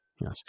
Yes